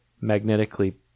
magnetically